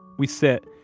we sit,